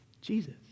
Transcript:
Jesus